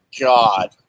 God